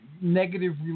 negative